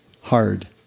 hard